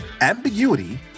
ambiguity